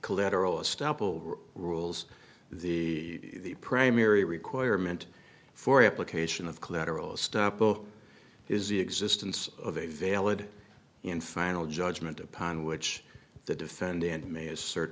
collateral estoppel rules the primary requirement for application of collateral stop book is the existence of a valid and final judgment upon which the defendant may assert